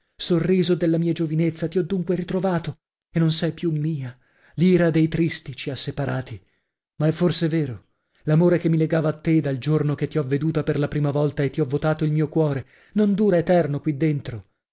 sorriso della mia giovinezza ti ho dunque ritrovato e non sei più mia l'ira dei tristi ci ha separati ma è forse vero l'amore che mi legava a te dal giorno che ti ho veduta per la prima volta e ti ho votato il mio cuore non dura eterno qui dentro